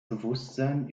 bewusstsein